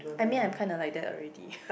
I mean I'm kinda like that already